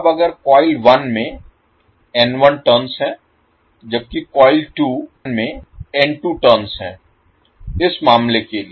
अब अगर कॉइल 1 में टर्न्स हैं जबकि कॉइल 2 में टर्न्स हैं इस मामले के लिए